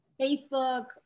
Facebook